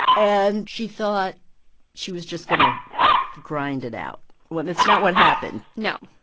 and she thought she was just going to grind it out. well, that's not what happened no.